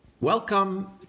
Welcome